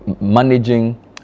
managing